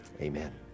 amen